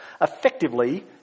Effectively